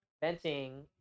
venting